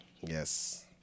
Yes